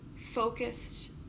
focused